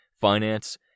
finance